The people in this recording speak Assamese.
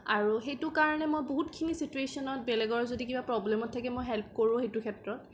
আৰু সেইটো কাৰণে মই বহুতখিনি ছিটুৱেচনত বেলেগৰ যদি কিবা প্ৰব্লেমত থাকে মই হেল্প কৰোঁ সেইটো ক্ষেত্ৰত